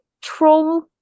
troll